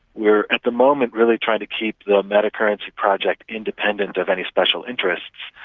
we're at the moment really trying to keep the metacurrency project independent of any special interests,